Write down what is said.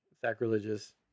sacrilegious